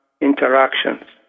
interactions